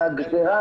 הגזרה,